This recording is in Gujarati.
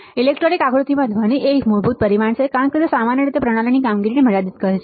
ઇલેક્ટ્રોનિક આકૃતિમાં ધ્વનિ એ એક મૂળભૂત પરિમાણ છે કારણ કે તે સામાન્ય રીતે એકંદરે પ્રણાલીની કામગીરી મર્યાદિત કરે છે